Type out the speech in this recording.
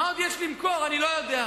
מה עוד יש למכור אני לא יודע,